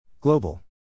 Global